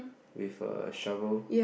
with a shovel